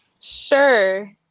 Sure